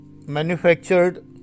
manufactured